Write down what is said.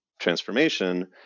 transformation